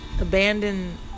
abandoned